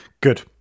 Good